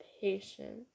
patience